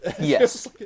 Yes